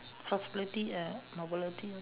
flexibility and mobility